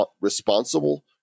Responsible